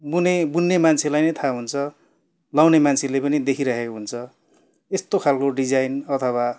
बुने बुन्ने मान्छेलाई नै थाहा हुन्छ लाउने मान्छेले पनि देखिरहेको हुन्छ यस्तो खालको डिजाइन अथवा